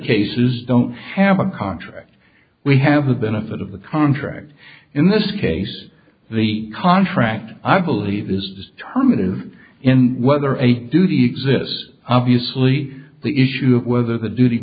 cases don't have a contract we have the benefit of the contract in this case the contract i believe is to permit of and whether a duty exists obviously the issue of whether the duty